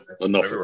enough